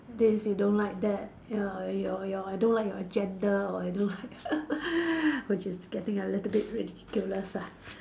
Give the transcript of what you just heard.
this you don't like that ya and your your I don't like your agenda or I don't like which is getting a little bit ridiculous ah